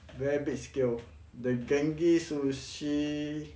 very big scale the genki-sushi